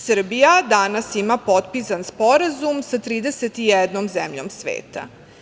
Srbija danas ima potpisan sporazum sa 31 zemljom sveta.